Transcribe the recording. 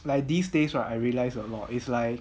like these days right I realize a lot is like